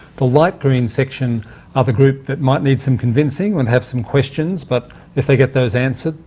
the light-green section are the group that might need some convincing and have some questions, but if they get those answered,